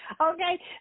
Okay